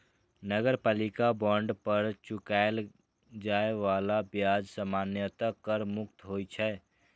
नगरपालिका बांड पर चुकाएल जाए बला ब्याज सामान्यतः कर मुक्त होइ छै